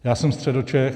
Já jsem Středočech.